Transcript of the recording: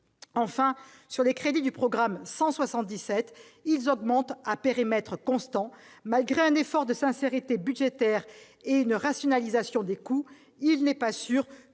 logements. Les crédits du programme 177 augmentent à périmètre constant. Malgré un effort de sincérité budgétaire et une rationalisation des coûts, il n'est pas sûr que